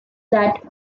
that